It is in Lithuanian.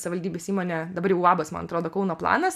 savivaldybės įmonė dabar jau uabas man atrodo kauno planas